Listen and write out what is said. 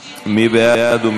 2016. מי בעד?